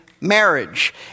marriage